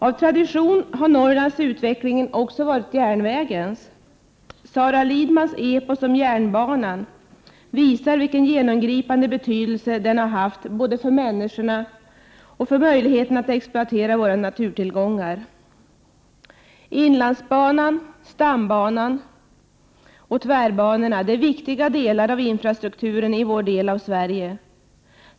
Av tradition har Norrlands utveckling också varit järnvägens. Sara Lidmans epos om järnbanan visar vilken genomgripande betydelse den har haft både för människorna och för möjligheten att exploatera våra naturtillgångar. Inlandsbanan, stambanan och tvärbanorna är viktiga delar av infrastrukturen i vår del av Sverige.